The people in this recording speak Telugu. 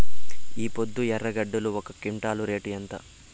ఈపొద్దు ఎర్రగడ్డలు ఒక క్వింటాలు రేటు ఎంత?